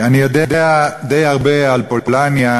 אני יודע די הרבה על פולניה,